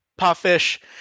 puffish